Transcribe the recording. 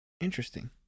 Interesting